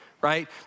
right